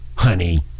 Honey